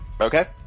Okay